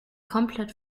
komplett